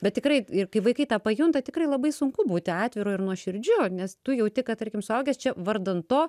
bet tikrai ir kai vaikai tą pajunta tikrai labai sunku būti atviru ir nuoširdžiu nes tu jauti kad tarkim suaugęs čia vardan to